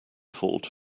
fault